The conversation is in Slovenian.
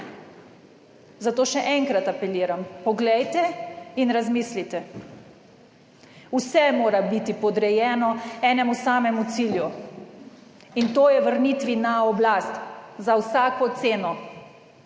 Zato še enkrat apeliram, poglejte in razmislite. Vse mora biti podrejeno enemu samemu cilju, in to je vrnitvi na oblast, za vsako ceno.